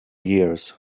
years